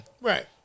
Right